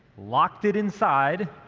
locked it inside,